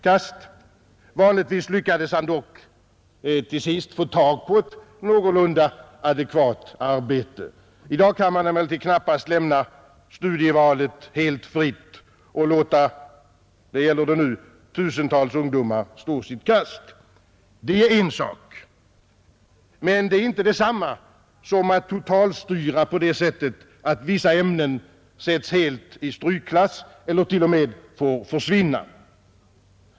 Vanligtvis lyckades han dock till sist få tag på ett någorlunda adekvat arbete. I dag kan man emellertid knappast lämna studievalet helt fritt och låta tusentals ungdomar — det antalet gäller det nu — stå sitt kast. Det är en sak. Men det är inte detsamma som att totalstyra på det sättet att vissa ämnen sätts helt i strykklass eller t.o.m. får försvinna.